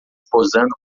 posando